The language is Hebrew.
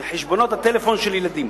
חשבונות הטלפון של ילדים.